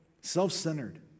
self-centered